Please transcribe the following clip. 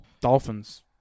Dolphins